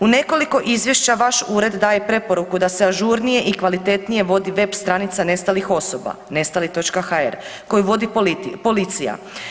U nekoliko izvješća vaš ured daje preporuku da se ažurnije i kvalitetnije vodi web stranica nestalih osoba nestali.hr koju vodi policija.